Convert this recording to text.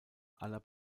aller